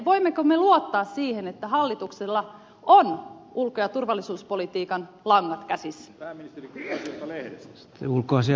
voimmeko me luottaa siihen että hallituksella on ulko ja turvallisuuspolitiikan langat käsissä